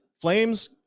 Flames